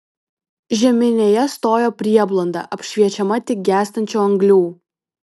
žeminėje stojo prieblanda apšviečiama tik gęstančių anglių